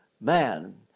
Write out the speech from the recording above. man